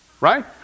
right